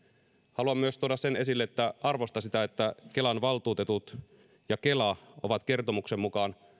haluan tuoda myös sen esille että arvostan sitä että kelan valtuutetut ja kela ovat kertomuksen mukaan